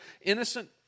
innocent